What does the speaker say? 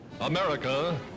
America